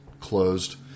closed